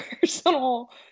personal